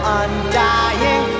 undying